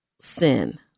sin